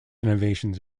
innovations